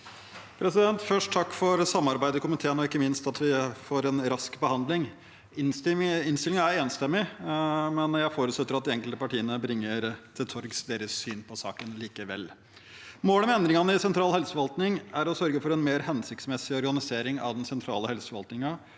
takk for samarbeidet i komiteen og ikke minst for at vi får en rask behandling. Innstillingen er enstemmig, men jeg forutsetter at de enkelte partiene bringer til torgs sitt syn på saken likevel. Målet med endringene i sentral helseforvaltning er å sørge for en mer hensiktsmessig organisering av den sentrale helseforvaltningen